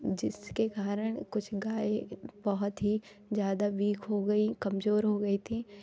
जिसके कारण कुछ गाय बहुत ही ज़्यादा वीक हो गई कमज़ोर हो गई थी